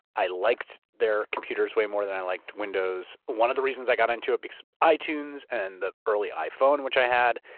i liked their computers way more than i liked windows. one of the reasons i got into it because itunes and the early iphone, which i had,